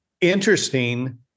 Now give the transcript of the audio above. interesting